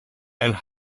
and